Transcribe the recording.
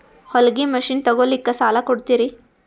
ಹೊಲಗಿ ಮಷಿನ್ ತೊಗೊಲಿಕ್ಕ ಸಾಲಾ ಕೊಡ್ತಿರಿ?